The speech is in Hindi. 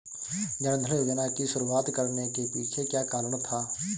जन धन योजना की शुरुआत करने के पीछे क्या कारण था?